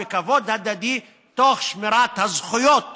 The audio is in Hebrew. בכבוד הדדי, תוך שמירת הזכויות